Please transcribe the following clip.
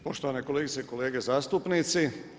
Poštovane kolegice i kolege zastupnici.